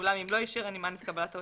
ואולם אם לא אישר הנמען את קבלת ההודעה,